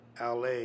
LA